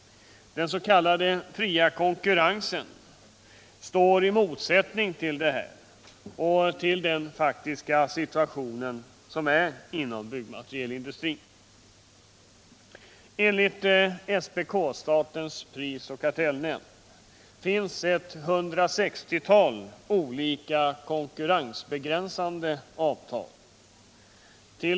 Den s.k. fria konkurrensen står i motsättning till detta och till den faktiska situationen inom byggmalterialindustrin. Enligt SPK. statens pris och kartellnämnd, finns omkring 160 olika konkurrensbegränsande avtal.